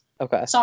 okay